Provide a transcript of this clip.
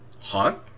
hot